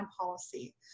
policy